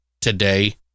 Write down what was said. today